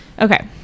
Okay